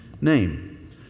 name